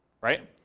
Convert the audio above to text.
right